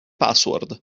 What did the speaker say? password